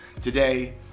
Today